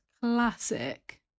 Classic